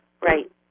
right